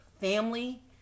family